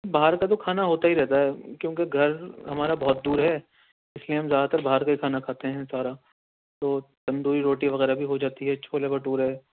باہر کا تو کھانا ہوتا ہی رہتا ہے کیونکہ گھر ہمارا بہت دور ہے اس لئے ہم زیادہ تر باہر کا ہی کھانا کھاتے ہیں سارا تو تندوری روٹی وغیرہ بھی ہو جاتی ہے چھولے بھٹورے